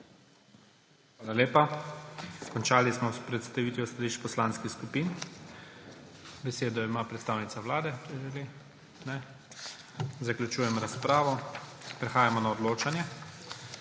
Hvala lepa. Končali smo s predstavitvijo stališč poslanskih skupin. Besedo ima predstavnica Vlade, če želi. Ne. Zaključujem razpravo. Prehajamo na odločanje.